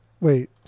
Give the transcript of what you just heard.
Wait